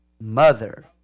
mother